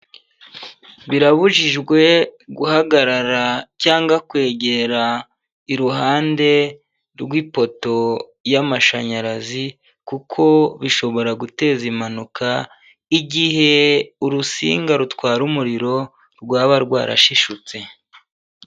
Birabujijwe guhagarara cyangwa kwegera iruhande rw'ipoto y'amashanyarazi kuko bishobora guteza impanuka igihe urusinga rutwara umuriro rwaba rwarashishutse.